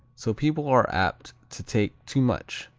so people are apt to take too much.